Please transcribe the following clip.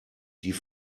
die